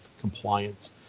compliance